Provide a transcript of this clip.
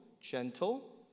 gentle